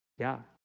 yeah,